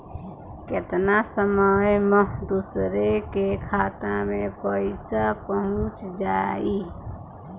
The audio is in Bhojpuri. केतना समय मं दूसरे के खाता मे पईसा पहुंच जाई?